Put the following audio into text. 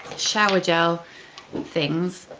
shower gel and things,